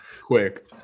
quick